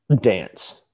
dance